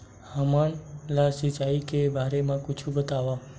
हमन ला सिंचाई के बारे मा कुछु बतावव?